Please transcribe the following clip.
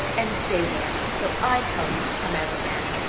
and stay there till i tell you to come out again,